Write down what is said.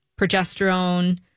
progesterone